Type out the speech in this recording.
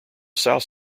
south